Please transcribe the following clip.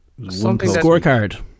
Scorecard